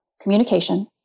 communication